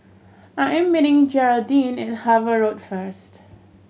I am meeting Jeraldine at Harvey Road first